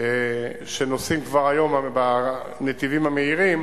שנוסעים כבר היום בנתיבים המהירים,